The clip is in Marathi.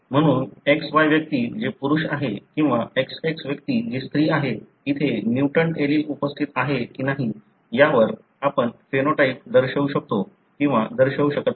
म्हणून XY व्यक्ती जे पुरुष आहे किंवा XX व्यक्ती जी स्त्री आहे इथे म्युटंट एलील उपस्थित आहे की नाही यावर आपण फेनोटाइप दर्शवू शकतो किंवा दर्शवू शकत नाही